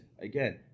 again